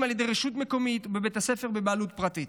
על ידי רשות מקומית בבית ספר בבעלות פרטית.